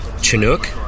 Chinook